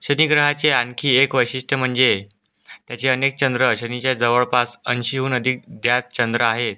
शनिग्रहाचे आणखी एक वैशिष्ट्य म्हणजे त्याचे अनेक चंद्र शनीच्या जवळपास ऐंशीहून अधिक ज्ञात चंद्र आहेत